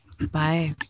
Bye